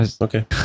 Okay